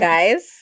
Guys